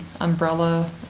umbrella